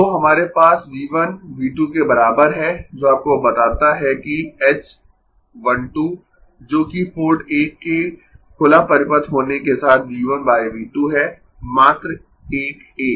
तो हमारे पास V 1 V 2 के बराबर है जो आपको बताता है कि h 1 2 जो कि पोर्ट 1 के खुला परिपथ होने के साथ V 1 बाय V 2 है मात्र एक 1